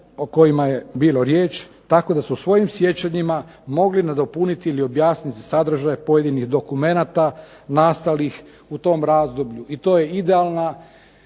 o kojima je bilo riječ tako da su svojim sjećanjima mogli nadopuniti ili objasniti sadržaje pojedinih dokumenata nastalih u tom razdoblju i to je idealna